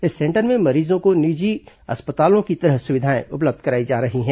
इस सेंटर में मरीजों को निजी अस्पतालों की तरह सुविधाएं उपलब्ध कराई जा रही हैं